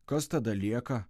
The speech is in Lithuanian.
kas tada lieka